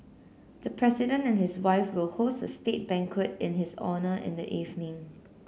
the President and his wife will host a state banquet in his honour in the evening